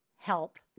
help